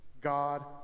God